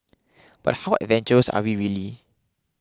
but how adventurous are we really